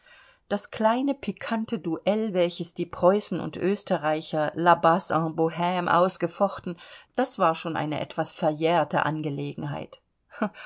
das kleine pikante duell welches die preußen und österreicher l bas en bohme ausgefochten das war schon eine etwas verjährte angelegenheit